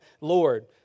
Lord